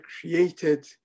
created